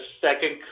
second